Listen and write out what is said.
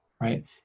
right